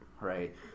right